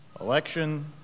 election